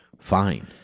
fine